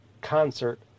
concert